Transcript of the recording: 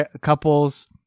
couples